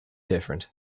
different